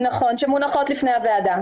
נכון, שמונחות בפני הוועדה.